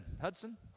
Hudson